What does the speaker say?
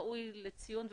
ראוי לציון ולתודה.